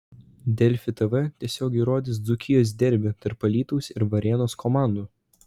delfi tv tiesiogiai rodys dzūkijos derbį tarp alytaus ir varėnos komandų